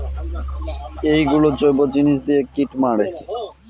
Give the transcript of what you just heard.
এইসব গুলো জৈব জিনিস দিয়ে কীট মারে